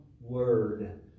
word